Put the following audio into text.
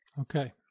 Okay